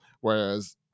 whereas